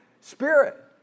Spirit